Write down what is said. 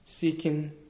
seeking